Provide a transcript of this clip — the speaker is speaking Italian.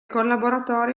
collaboratori